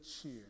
cheer